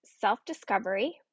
self-discovery